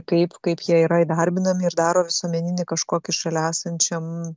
kaip kaip jie yra įdarbinami ir daro visuomeninį kažkokį šalia esančiam